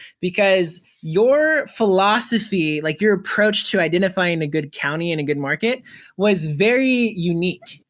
because your philosophy, like your approach to identifying a good county and a good market was very unique,